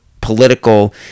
political